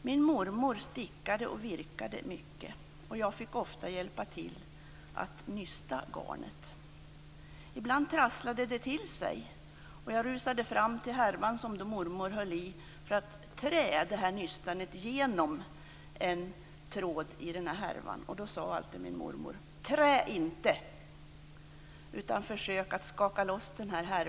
Min mormor stickade och virkade mycket, och jag fick ofta hjälpa till att nysta garnet. Ibland trasslade det till sig. Jag rusade fram till härvan som mormor höll i för att trä nystanet genom en tråd i härvan, och då sade alltid mormor: Trä inte, utan försök att skaka loss härvan!